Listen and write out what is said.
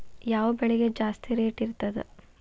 ಯಾವ ಬೆಳಿಗೆ ಜಾಸ್ತಿ ರೇಟ್ ಇರ್ತದ?